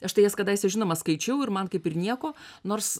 štai jas kadaise žinoma skaičiau ir man kaip ir nieko nors